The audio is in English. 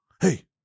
hey